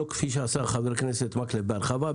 לא כפי שעשה חבר הכנסת מקלב בהרחבה,